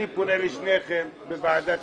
אני פונה לשניכם בוועדת